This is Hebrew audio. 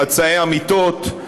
חצאי אמיתות,